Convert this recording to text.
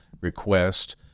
request